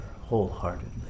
wholeheartedly